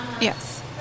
Yes